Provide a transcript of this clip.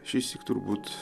šįsyk turbūt